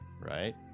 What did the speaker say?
Right